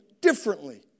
differently